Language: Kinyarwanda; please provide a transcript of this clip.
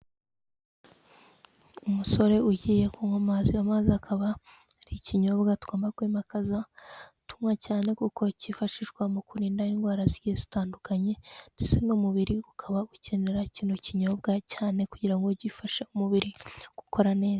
Umusore ugiye kunywa amazi, amazi akaba ari ikinyobwa tugombama kwimakaza, tunywa cyane kuko kifashishwa mu kurinda indwara zigiye zitandukanye, ndetse n'umubiri ukaba ukenera kino kinyobwa cyane, kugira ngo gifashe umubiri gukora neza.